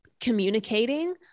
communicating